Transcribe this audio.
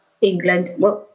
England